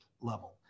level